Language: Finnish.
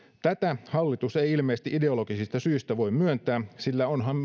tätä hallitus ei ilmeisesti ideologisista syistä voi myöntää sillä onhan